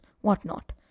whatnot